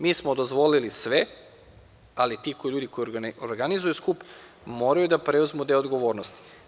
Mi smo dozvolili sve, ali ti ljudi koji organizuju skup moraju da preuzmu deo odgovornosti.